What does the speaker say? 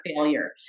failure